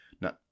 Now